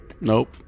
Nope